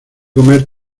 comer